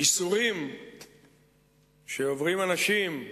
ייסורים שעוברים אנשים,